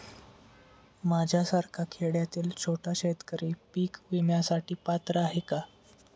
माझ्यासारखा खेड्यातील छोटा शेतकरी पीक विम्यासाठी पात्र आहे का?